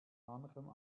manchem